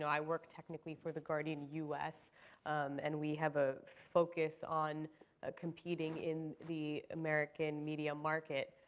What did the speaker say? i work technically for the guardian us and we have a focus on ah competing in the american media market,